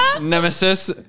Nemesis